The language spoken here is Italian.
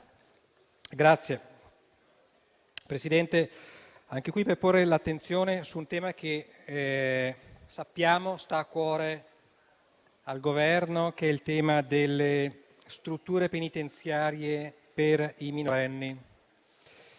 Signor Presidente, vorrei porre l'attenzione su un tema che sappiamo stare a cuore al Governo, che è il tema delle strutture penitenziarie per i minorenni.